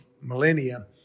millennia